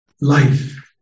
life